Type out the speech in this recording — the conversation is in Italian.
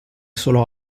solo